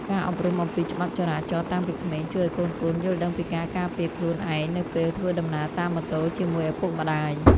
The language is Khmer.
ការអប់រំអំពីច្បាប់ចរាចរណ៍តាំងពីក្មេងជួយឱ្យកូនៗយល់ដឹងពីការការពារខ្លួនឯងនៅពេលធ្វើដំណើរតាមម៉ូតូជាមួយឪពុកម្តាយ។